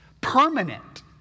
permanent